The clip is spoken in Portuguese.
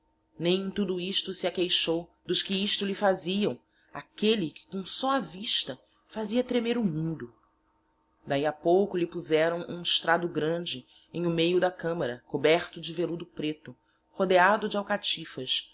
nem em tudo isto se aqueixou dos que isto lhe faziaõ aquelle que com só a vista fazia tremer o mundo dahi a pouco lhe poseraõ hum estrado grande em o meio da camara coberto de veludo preto rodeado de alcatifas